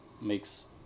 makes